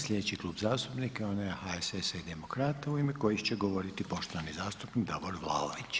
Slijedeći Klub zastupnika je onaj HSS-a i Demokrata u ime kojeg će govoriti poštovani zastupnik Davor Vlaović.